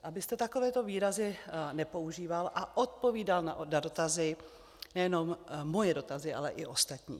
Abyste takovéto výrazy nepoužíval a odpovídal na dotazy, nejenom moje dotazy, ale i ostatních.